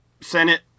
Senate